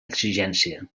exigència